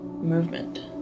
Movement